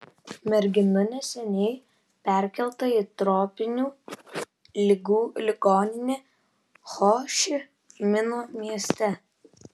mergina neseniai perkelta į tropinių ligų ligoninę ho ši mino mieste